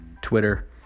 Twitter